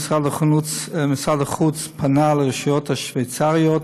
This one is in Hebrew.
משרד החוץ פנה אל רשויות השווייצריות